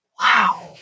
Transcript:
Wow